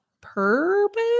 purpose